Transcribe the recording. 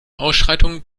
ausschreitungen